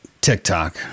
TikTok